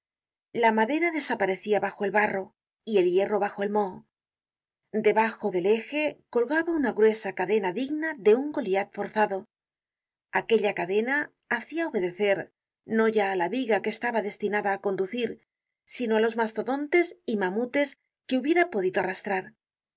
la madera desaparecia bajo el barro y el hierro bajo el moho debajo del eje colgaba una gruesa cadena digna de un goliat forzado aquella cadena hacia obedecer no ya a la viga que estaba destinada á conducir sino á los mastodontes y mamuthes que hubiera podido arrastrar